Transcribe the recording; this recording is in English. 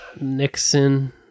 Nixon